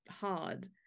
hard